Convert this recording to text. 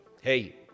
Hey